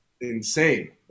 insane